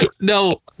No